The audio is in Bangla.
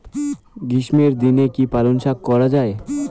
গ্রীষ্মের দিনে কি পালন শাখ করা য়ায়?